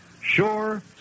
sure